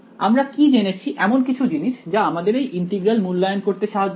আমরা কি জেনেছি এমন কিছু জিনিস যা আমাদের এই ইন্টিগ্রাল মূল্যায়ন করতে সাহায্য করবে